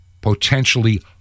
potentially